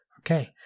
Okay